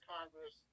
Congress